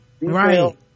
right